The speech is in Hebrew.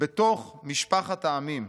בתוך משפחת העמים.